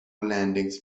landings